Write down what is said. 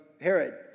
Herod